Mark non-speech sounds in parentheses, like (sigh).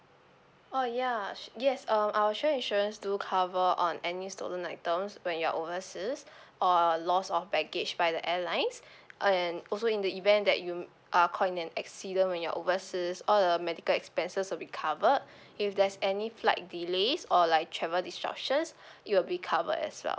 oh ya s~ yes um our travel insurance to cover on any stolen items when you're overseas (breath) or loss of baggage by the airlines (breath) and also in the event that you are caught in an accident when you're overseas all the medical expenses will be covered (breath) if there's any flight delays or like travel disruptions (breath) you'll be covered as well